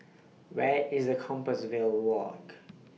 Where IS The Compassvale Walk